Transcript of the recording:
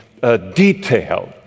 detail